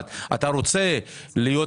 אבל אני שבאתי